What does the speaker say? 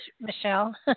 Michelle